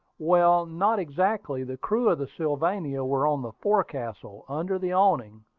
well, not exactly. the crew of the sylvania were on the forecastle, under the awning,